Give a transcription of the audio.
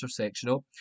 intersectional